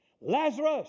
Lazarus